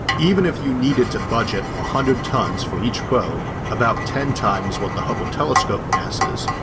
even if you needed to budget a hundred tons for each probe, about ten times what the hubble telescope masses,